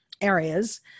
areas